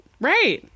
Right